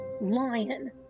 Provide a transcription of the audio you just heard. lion